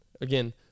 again